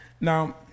Now